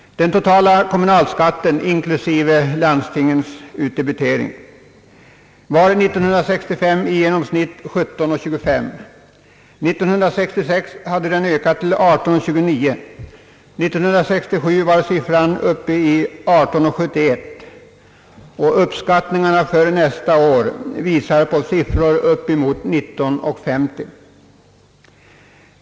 Den totala kommunalskatten inberäknat landstingens utdebitering var år 1965 i genomsnitt 17: 25. År 1966 hade den ökat till 18:29 och den är år 1967 uppe i 18: 71. Uppskattningarna för nästa år visar på siffror upp emot 19: 50.